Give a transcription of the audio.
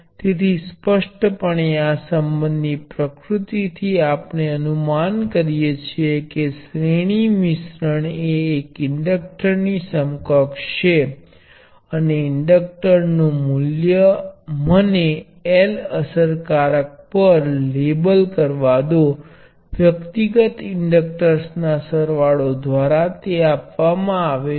તેથી સ્પષ્ટ રીતે એવું કહેવામાં આવે છે કે કેપેસિટીન્સ નું અસરકારક મૂલ્ય C1 C2 C N છે